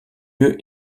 lieu